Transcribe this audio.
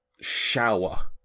shower